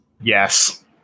Yes